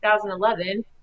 2011